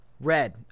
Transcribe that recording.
Red